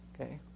Okay